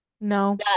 No